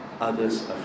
others